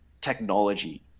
technology